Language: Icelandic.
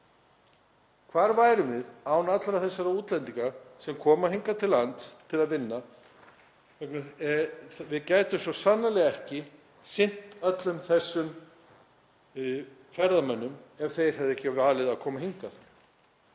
Hvar værum við án allra þessara útlendinga sem koma hingað til lands til að vinna? Við gætum svo sannarlega ekki sinnt öllum þessum ferðamönnum ef þeir hefðu ekki valið að koma hingað.